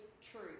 true